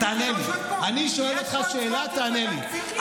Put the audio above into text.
תענה לי, אני שואל אותך שאלה, תענה לי.